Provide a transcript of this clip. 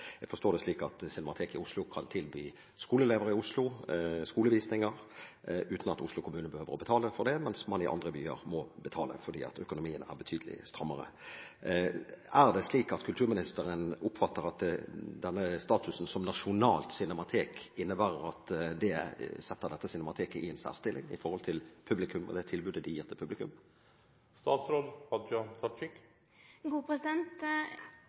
Jeg forstår det slik at Cinemateket i Oslo kan tilby skoleelever i Oslo skolevisninger uten at Oslo kommune behøver å betale for det, mens man i andre byer må betale fordi økonomien er betydelig strammere. Er det slik at kulturministeren oppfatter at denne statusen som nasjonalt cinematek innebærer, setter dette cinemateket i en særstilling i forhold til publikum og det tilbudet de gir til publikum?